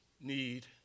need